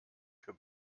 für